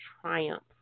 triumph